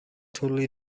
totally